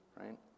right